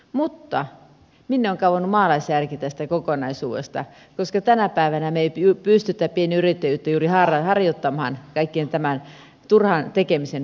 mutta minne on kadonnut maalaisjärki tästä kokonaisuudesta koska tänä päivänä me emme pysty pienyrittäjyyttä juuri harjoittamaan kaiken tämän turhan tekemisen vuoksi